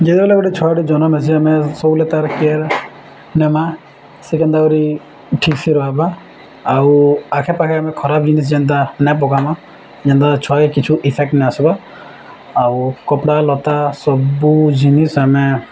ଯେତେବେଲେ ଗୋଟେ ଛୁଆଟେ ଜନମ୍ ହେସି ଆମେ ସବୁବେଲେ ତାର୍ କେୟାର୍ ନେମା ସେ କେନ୍ତାହୁରି ଠିକ୍ସେ ରହିବା ଆଉ ଆଖେ ପାାଖେ ଆମେ ଖରାପ ଜିନିଷ୍ ଯେନ୍ତା ନାଇଁ ପକାମା ଯେନ୍ତା ଛୁଆକୁ କିଛୁ ଇଫେକ୍ଟ ନା ଆସିବ ଆଉ କପଡ଼ା ଲତା ସବୁ ଜିନିଷ୍ ଆମେ